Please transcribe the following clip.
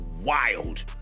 wild